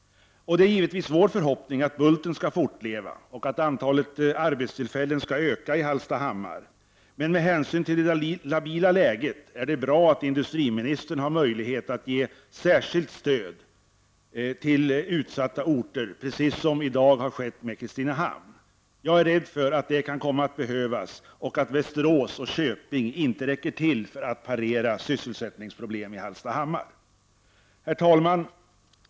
Det är givetvis vår förhoppning av Bulten skall fortleva och antalet arbetstillfällen öka i Hallstahammar, men med hänsyn till det labila läget är det bra att industriministern har möjlighet att ge särskilt stöd till utsatta orter precis som i Kristinehamn i dag. Jag är rädd för att det kan komma att behövas, och att Västerås och Köping inte räcker till för att parera sysselsättningsproblem i Hallstahammar. Herr talman!